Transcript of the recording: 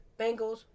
Bengals